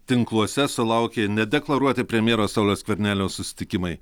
tinkluose sulaukė nedeklaruoti premjero sauliaus skvernelio susitikimai